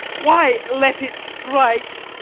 why let it strike?